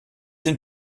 den